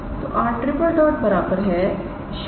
तो𝑟⃛ 002